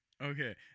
Okay